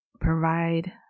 provide